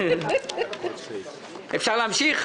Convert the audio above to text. אפשר להמשיך?